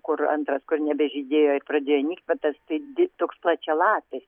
kur antras kur nebežydėjo ir pradėjo nykti vat tas tai di toks plačialapis